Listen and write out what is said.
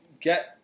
get